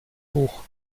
hoch